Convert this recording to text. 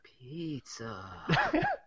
Pizza